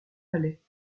palais